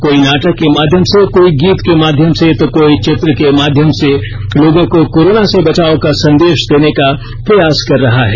कोई नाटक के माध्यम से कोई गीत के माध्यम से तो कोई चित्र के माध्यम से लोगों को कोरोना से बचाव का संदेश देने का प्रयास कर रहा है